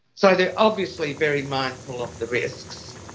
so they are obviously very mindful of the risks,